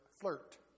flirt